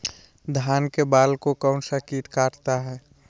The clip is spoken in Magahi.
धान के बाल को कौन सा किट काटता है?